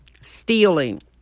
stealing